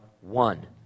one